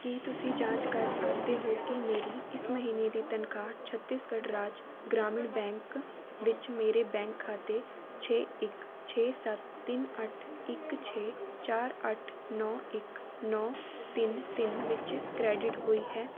ਕੀ ਤੁਸੀਂਂ ਜਾਂਚ ਕਰ ਸਕਦੇ ਹੋ ਕਿ ਮੇਰੀ ਇਸ ਮਹੀਨੇ ਦੀ ਤਨਖਾਹ ਛੱਤੀਸਗੜ੍ਹ ਰਾਜ ਗ੍ਰਾਮੀਣ ਬੈਂਕ ਵਿੱਚ ਮੇਰੇ ਬੈਂਕ ਖਾਤੇ ਛੇ ਇੱਕ ਛੇ ਸੱਤ ਤਿੰਨ ਅੱਠ ਇੱਕ ਛੇ ਚਾਰ ਅੱਠ ਨੌ ਇੱਕ ਨੌ ਤਿੰਨ ਤਿੰਨ ਵਿੱਚ ਕ੍ਰੈਡਿਟ ਹੋਈ ਹੈ